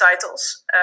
titles